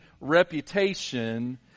reputation